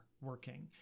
working